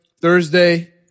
Thursday